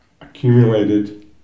accumulated